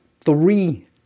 three